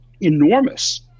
enormous